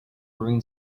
green